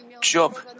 Job